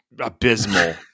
abysmal